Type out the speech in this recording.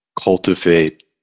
cultivate